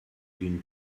une